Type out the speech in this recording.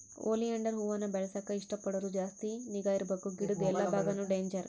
oleander ಹೂವಾನ ಬೆಳೆಸಾಕ ಇಷ್ಟ ಪಡೋರು ಜಾಸ್ತಿ ನಿಗಾ ಇರ್ಬಕು ಗಿಡುದ್ ಎಲ್ಲಾ ಬಾಗಾನು ಡೇಂಜರ್